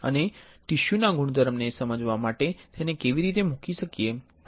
અને ટીશ્યૂ ના ગૂણધર્મ ને સમજવા માટે તેને કેવી રીતે મૂકી શકીએ છીએ